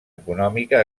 econòmica